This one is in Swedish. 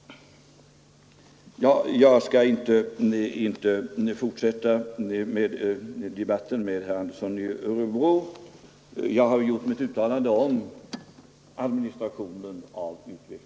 Jag skall inte fortsätta debatten med herr Andersson i Örebro. Jag har gjort mitt uttalande om administrationen av utvecklingsfonden.